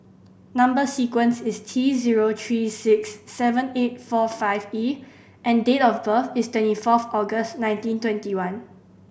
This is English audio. number sequence is T zero three six seven eight four five E and date of birth is twenty fourth August nineteen twenty one